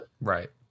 right